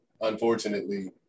unfortunately